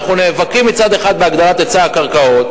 אנחנו נאבקים מצד אחד בהגדלת היצע הקרקעות,